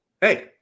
hey